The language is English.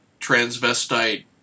transvestite